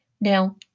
Now